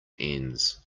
ends